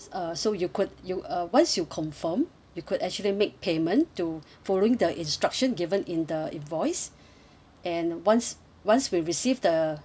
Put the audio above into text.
uh so you could you uh once you confirm you could actually make payment to following the instruction given in the invoice and once once we receive the